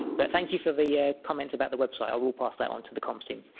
but thank you for the comments about the website i will pass that on to the cops team